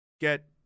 get